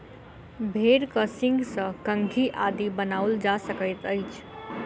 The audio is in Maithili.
भेंड़क सींगसँ कंघी आदि बनाओल जा सकैत अछि